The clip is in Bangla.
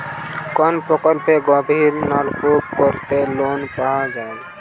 কোন প্রকল্পে গভির নলকুপ করতে লোন পাওয়া য়ায়?